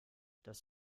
das